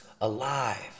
alive